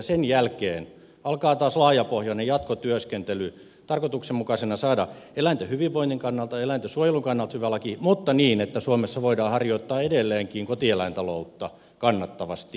sen jälkeen alkaa taas laajapohjainen jatkotyöskentely tarkoituksena saada eläinten hyvinvoinnin kannalta ja eläintensuojelun kannalta hyvä laki mutta niin että suomessa voidaan harjoittaa edelleenkin kotieläintaloutta kannattavasti